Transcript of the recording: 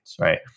right